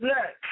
Look